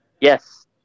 Yes